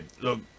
Look